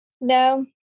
No